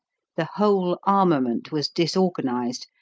the whole armament was disorganized,